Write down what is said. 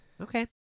Okay